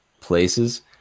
places